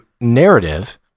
narrative